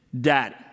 Daddy